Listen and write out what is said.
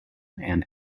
and